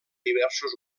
diversos